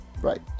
right